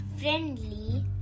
friendly